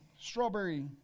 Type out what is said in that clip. strawberry